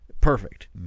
perfect